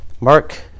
Mark